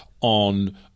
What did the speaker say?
on